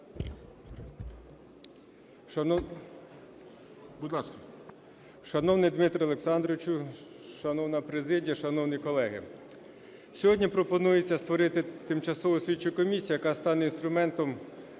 Шановний Дмитре Олександровичу, шанована президія, шановні колеги! Сьогодні пропонується створити тимчасову слідчу комісію, яка стане інструментом